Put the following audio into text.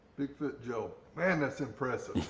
bigfoot joe, man that's impressive.